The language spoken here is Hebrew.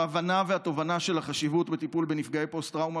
ההבנה והתובנה של החשיבות בטיפול בנפגעי פוסט טראומה